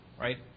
right